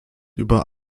über